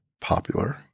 popular